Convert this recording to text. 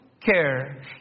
care